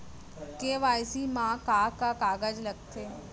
KYC मा का का कागज लगथे?